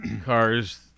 cars